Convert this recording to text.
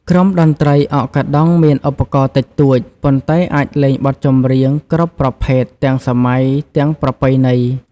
ក្រុមតន្ត្រី អកកាដង់មានឧបករណ៍តិចតួច ប៉ុន្តែអាចលេងបទចម្រៀងគ្រប់ប្រភេទ ទាំងសម័យ ទាំងប្រពៃណី ។